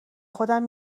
خودم